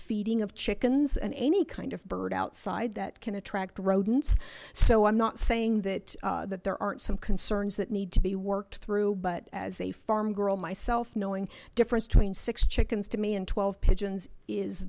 feeding of chickens and any kind of bird outside that can attract rodents so i'm not saying that that there aren't some concerns that need to be worked through but as a farm girl myself knowing difference between six chickens to me and while pidgins is